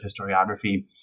historiography